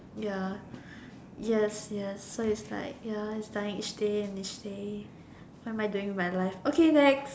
ya yes yes so it's like ya it's dying each day and each day what am I doing with my life okay next